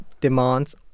demands